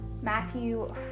Matthew